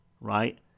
right